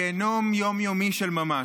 גיהינום יום-יומי של ממש.